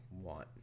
want